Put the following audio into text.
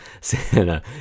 Santa